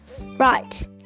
right